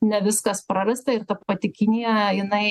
ne viskas prarasta ir ta pati kinija jinai